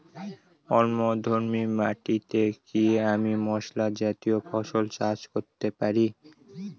অম্লধর্মী মাটিতে কি আমি মশলা জাতীয় ফসল চাষ করতে পারি?